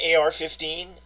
AR-15